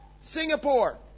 Singapore